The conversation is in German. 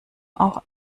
auch